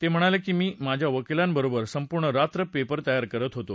ते म्हणाले मी माझ्या वकिलां बरोबर संपूर्ण रात्र पेपर तयार करत होतो